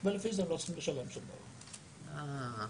ולפי זה --- איזה יופי.